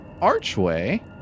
archway